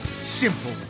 Simple